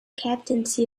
captaincy